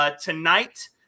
Tonight